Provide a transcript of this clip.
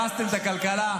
הרסתם את הכלכלה,